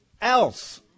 else